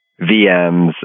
VMs